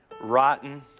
rotten